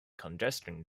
congestion